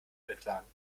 beklagen